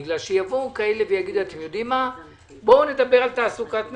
כי יבוא כאלה שיגידו: בואו נדבר על תעסוקת נשים.